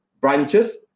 branches